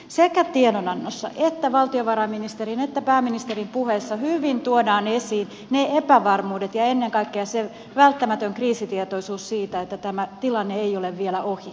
sekä tiedonannossa että valtiovarainministerin ja pääministerin puheissa hyvin tuodaan esiin ne epävarmuudet ja ennen kaikkea se välttämätön kriisitietoisuus siitä että tämä tilanne ei ole vielä ohi